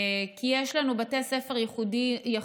כי יש לנו בתי ספר ייחודיים.